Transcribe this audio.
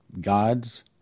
God's